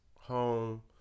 home